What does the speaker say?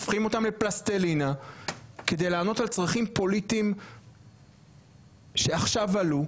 הופכים אותם לפלסטלינה כדי לענות על צרכים פוליטיים שעלו עכשיו.